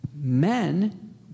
men